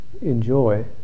enjoy